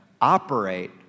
operate